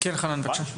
כן חנן, בבקשה.